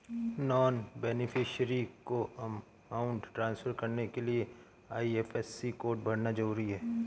non beneficiary को amount transfer करने के लिए आई.एफ.एस.सी कोड भरना जरूरी है